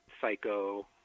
psycho